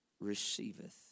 Receiveth